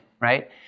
right